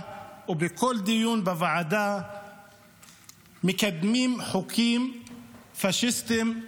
ובכל דיון בוועדה שמקדמים חוקים פשיסטיים,